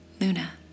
luna